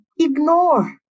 ignore